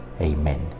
Amen